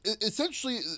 essentially